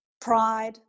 pride